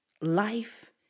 life